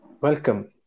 Welcome